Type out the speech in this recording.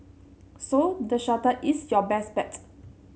so the shuttle is your best bet